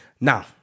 Now